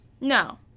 No